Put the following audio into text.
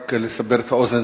רק לסבר את האוזן,